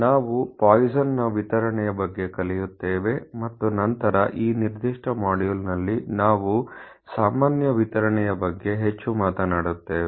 ನಾವು ಪಾಯ್ಸನ್ನ ವಿತರಣೆಯ ಬಗ್ಗೆ ಕಲಿಯುತ್ತೇವೆ ಮತ್ತು ನಂತರ ಈ ನಿರ್ದಿಷ್ಟ ಮಾಡ್ಯೂಲ್ನಲ್ಲಿ ನಾವು ಸಾಮಾನ್ಯ ವಿತರಣೆಯ ಬಗ್ಗೆ ಹೆಚ್ಚು ಮಾತನಾಡುತ್ತೇವೆ